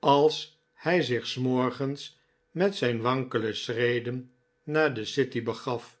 als hij zich s morgens met zijn wankele schreden naarde city begaf